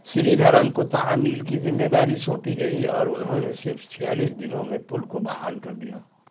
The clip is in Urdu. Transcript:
سریدھرن کو تعمیل کی ذمہ داری سونپی گئی اور انہوں نے صرف چھیالیس دنوں میں پل کو بحال کر دیا